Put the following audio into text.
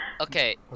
Okay